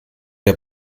der